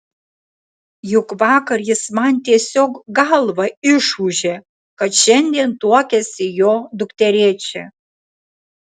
juk vakar jis man tiesiog galvą išūžė kad šiandien tuokiasi jo dukterėčia